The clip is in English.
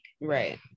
right